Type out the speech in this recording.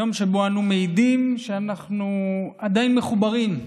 יום שבו אנו מעידים שאנחנו עדיין מחוברים,